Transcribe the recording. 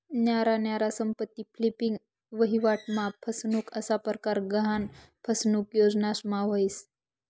न्यारा न्यारा संपत्ती फ्लिपिंग, वहिवाट मा फसनुक असा परकार गहान फसनुक योजनास मा व्हस